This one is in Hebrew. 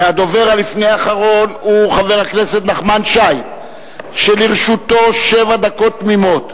הדובר שלפני האחרון הוא חבר הכנסת נחמן שי שלרשותו שבע דקות תמימות.